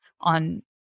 on